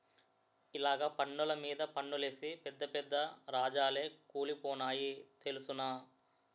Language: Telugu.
ఇలగ పన్నులు మీద పన్నులేసి పెద్ద పెద్ద రాజాలే కూలిపోనాయి తెలుసునా